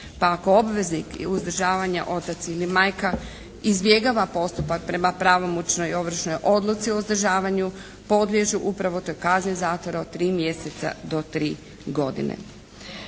pa ako obveznik uzdržavanja otac ili majka izbjegava postupak prema pravomoćnoj ovršnoj odluci o uzdržavanju podliježu upravo toj kazni zatvora od 3 mjeseca do 3 godine.